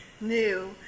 new